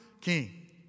king